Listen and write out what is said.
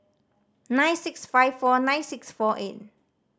nine six five four nine six four eight